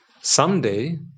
Someday